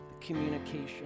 communication